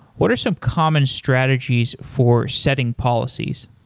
what are some common strategies for setting policies?